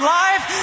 life